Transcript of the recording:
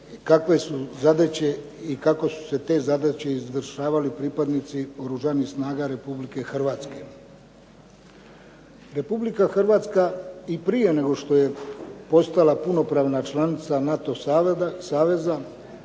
kako su te zadaće izvršavali pripadnici Oružanih snaga Republika Hrvatske. Republika Hrvatska i prije nego što je postala punopravna članica NATO saveza